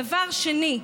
דבר שני,